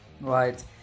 Right